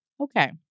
Okay